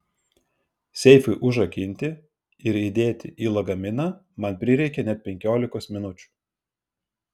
seifui užrakinti ir įdėti į lagaminą man prireikė net penkiolikos minučių